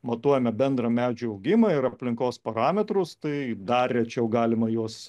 matuojame bendrą medžių augimą ir aplinkos parametrus tai dar rečiau galima juos